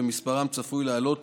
ומספרם צפוי לעלות